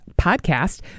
podcast